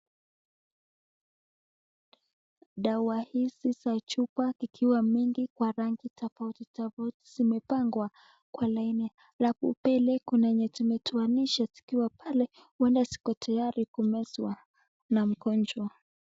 Dawa hizi za chupa zikiwa mingi kwa rangi tofauti tofauti zimepangwa kwa lanini alaf mbe kuna zile zimetayarishwa huenda ziko tayari kumezwa na mgonjwa.